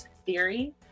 theory